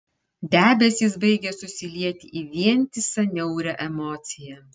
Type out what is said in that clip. debesys baigė susilieti į vientisą niaurią emociją